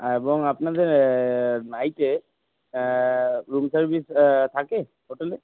এবং আপনাদের নাইটে রুম সার্ভিস থাকে হোটেলে